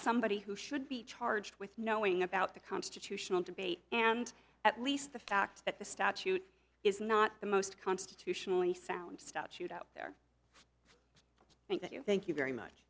somebody who should be charged with knowing about the constitutional debate and at least the fact that the statute is not the most constitutionally sound statute out there thank you thank you very much